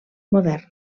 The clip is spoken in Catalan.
moderna